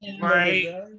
right